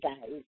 guys